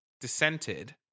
dissented